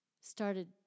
started